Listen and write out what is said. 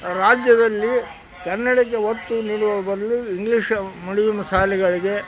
ರಾಜ್ಯದಲ್ಲಿ ಕನ್ನಡಕ್ಕೆ ಒತ್ತು ನೀಡುವ ಬದಲು ಇಂಗ್ಲೀಷ ಮಿಡಿಯಮ್ ಸಾಲೆಗಳಿಗೆ